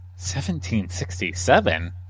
1767